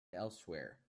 elsewhere